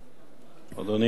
אדוני היושב-ראש,